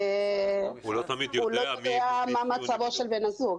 הוא לא יודע מה מצבו של בן הזוג.